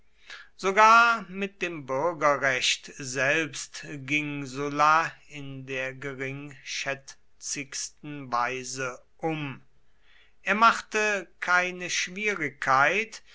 sogar mit dem bürgerrecht selbst ging sulla in der geringschätzigsten weise um er machte keine schwierigkeit